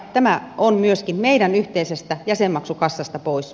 tämä on myöskin meidän yhteisestä jäsenmaksukassastamme pois